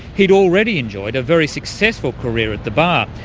he'd already enjoyed a very successful career at the bar,